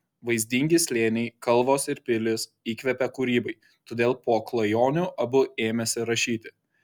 vaizdingi slėniai kalvos ir pilys įkvepia kūrybai todėl po klajonių abu ėmėsi rašyti